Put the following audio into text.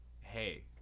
hey